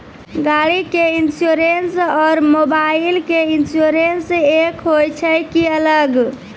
गाड़ी के इंश्योरेंस और मोबाइल के इंश्योरेंस एक होय छै कि अलग?